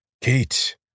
Kate